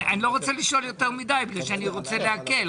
אני לא רוצה לשאול יותר מדי כי אני רוצה להקל.